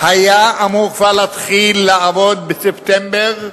היה אמור כבר להתחיל לעבוד בספטמבר,